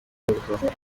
gukorwaho